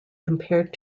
compared